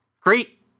great